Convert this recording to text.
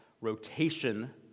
rotation